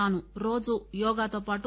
తాను రోజూ యోగాతో పాటు